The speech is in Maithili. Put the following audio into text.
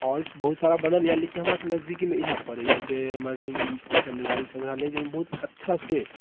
आओर बहुत सारा बनल यऽ लेकिन हमरा सबके नजदीकीमे इहए पड़ैया जे हमरा सबके चंद्रधारी सङ्ग्रहालय जहिमे बहुत अच्छा से